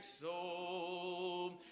soul